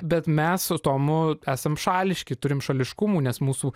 bet mes su tomu esame šališki turim šališkumų nes mūsų